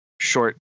short